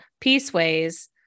Peaceways